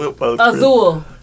Azul